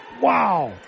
Wow